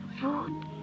food